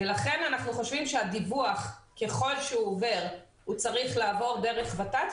לכן אנחנו חושבים שהדיווח ככל שהוא עובר הוא צריך לעבור דרך ות"ת,